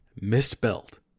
misspelled